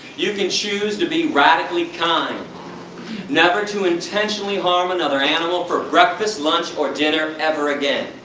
you can choose to be radically kind never to intentionally harm another animal for breakfast, lunch or dinner ever again.